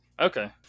Okay